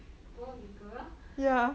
boy with girl